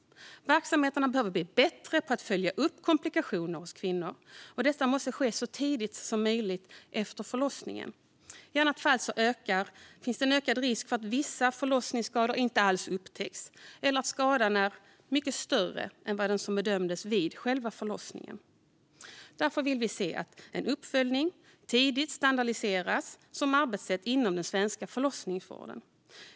Verksamheterna behöver bli bättre på att följa upp komplikationer hos kvinnor, och detta måste ske så tidigt som möjligt efter förlossningen. I annat fall finns det en ökad risk att vissa förlossningsskador inte upptäcks eller att skadan är mycket större än vad som bedömdes vid själva förlossningen. Därför vill vi se att tidig uppföljning standardiseras som arbetssätt inom den svenska förlossningsvården.